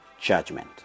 Judgment